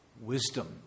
wisdom